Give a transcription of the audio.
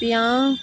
पंजाह्